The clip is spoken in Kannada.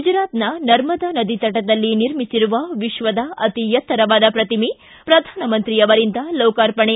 ಗುಜರಾತ್ನ ನರ್ಮದಾ ನದಿ ತಟದಲ್ಲಿ ನಿರ್ಮಿಸಿರುವ ವಿಶ್ವದ ಅತಿ ಎತ್ತರವಾದ ಪ್ರತಿಮೆ ಪ್ರಧಾನಮಂತ್ರಿ ಅವರಿಂದ ಲೋಕಾರ್ಪಣೆ